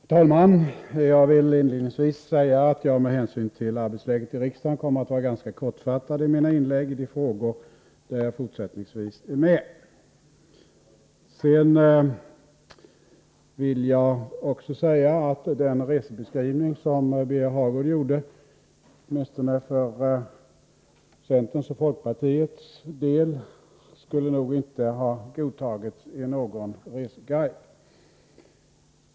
Herr talman! Jag vill inledningsvis säga att jag med hänsyn till arbetsläget i riksdagen kommer att vara ganska kortfattad i mina inlägg i de frågor där jag fortsättningsvis är med. Sedan vill jag också säga att den resebeskrivning som Birger Hagård gav, åtminstone för centerns och folkpartiets del inte skulle ha godtagits i någon reseguide.